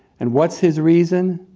and what's his reason?